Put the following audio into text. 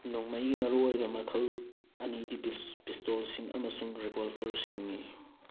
ꯅꯣꯡꯃꯩꯒꯤ ꯃꯔꯨꯑꯣꯏꯕ ꯃꯈꯜ ꯑꯅꯤꯗꯤ ꯄꯤꯁꯇꯣꯜꯁꯤꯡ ꯑꯃꯁꯨꯡ ꯔꯤꯚꯣꯜꯕꯔ ꯁꯤꯡꯅꯤ